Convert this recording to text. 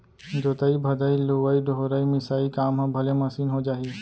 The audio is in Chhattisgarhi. जोतइ भदई, लुवइ डोहरई, मिसाई काम ह भले मसीन हो जाही